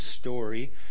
story